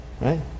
right